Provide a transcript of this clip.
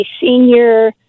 senior